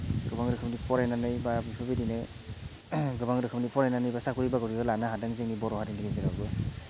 गोबां रोखोमनि फरायनानै बा बेफोरबायदिनो गोबां रोखोमनि फरायनानै बा साकरि बाकरि लानो हादों जोंनि बर' हारिनि गेजेरावबो